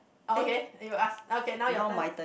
okay you ask okay now your turn